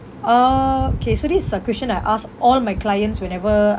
uh okay so this is a question I ask all my clients whenever